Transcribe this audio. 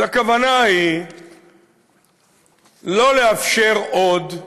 אז הכוונה היא לא לאפשר עוד,